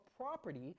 property